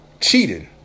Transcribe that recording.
cheating